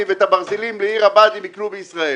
ואת הברזלים לעיר הבה"דים יקנו בישראל.